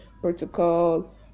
protocol